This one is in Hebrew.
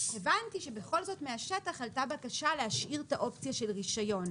הבנתי שבכל זאת מהשטח עלתה בקשה להשאיר את האופציה של רישיון,